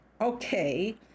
okay